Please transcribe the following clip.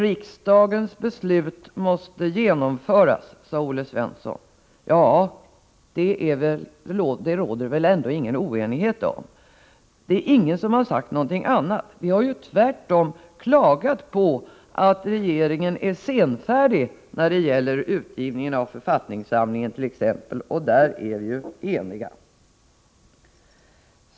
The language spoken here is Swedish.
Riksdagens beslut måste genomföras, sade Olle Svensson. Ja, det råder det väl ändå ingen oenighet om. Ingen har sagt något annat. Vi har tvärtom klagat på att regeringen är senfärdig, t.ex. vid utgivningen av författningssamlingen, och i det fallet är vi eniga.